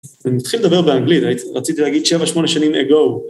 אני מתחיל לדבר באנגלית, רציתי להגיד שבע שמונה שנים אגו.